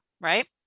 right